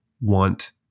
want